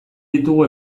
ditugu